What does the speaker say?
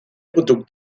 produkt